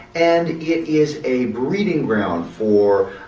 and it is a breeding ground for